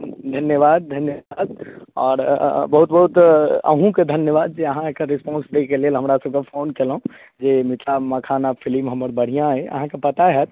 धन्यवाद धन्यवाद और बहुत बहुत अहुँके धन्यवाद जे अहाँ एकर रिस्पोन्स दैके लेल हमरा सबके फोन केलहुॅं जे मिथिला मखाना फिलिम हमर बढ़िऑं अछि अहाँके पता होयत